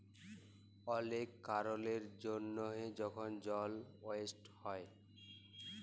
অলেক কারলের জ্যনহে যখল জল ওয়েস্ট হ্যয়